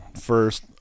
first